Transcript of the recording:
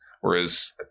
Whereas